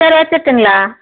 சரி வச்சிடட்டுங்களா